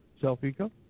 Self-Eco